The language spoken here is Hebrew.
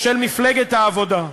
של מפלגת העבודה.